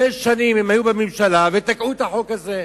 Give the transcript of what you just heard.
שש שנים הם היו בממשלה ותקעו את החוק הזה.